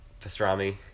pastrami